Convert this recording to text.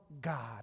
God